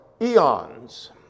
eons